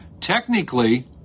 Technically